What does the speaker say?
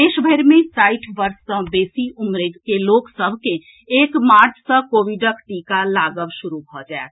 देश भरि मे साठि वर्ष सऽ बेसी उम्रक लोक सभ कें एक मार्च सऽ कोविडक टीका लागब शुरू भऽ जायत